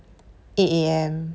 eight A_M